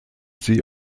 sie